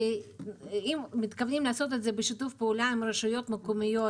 האם מתכוונים לעשות את זה בשיתוף פעולה עם רשויות מקומיות